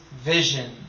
vision